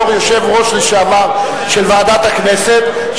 בתור יושב-ראש לשעבר של ועדת הכנסת,